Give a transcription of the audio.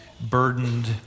burdened